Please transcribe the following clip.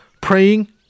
Praying